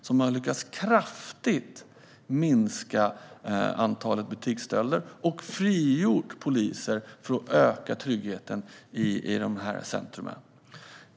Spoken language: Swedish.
Man har lyckats med att kraftigt minska antalet butiksstölder och frigjort poliser för att öka tryggheten i dessa centrum.